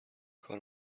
کار